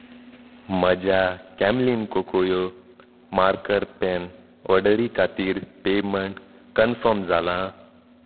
म्हज्या Camlin Kokuyo marker pen ऑर्डरी खातीर पेमेंट कन्फर्म जालां